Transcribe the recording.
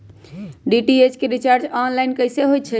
DTH के recharge online कैसे होईछई?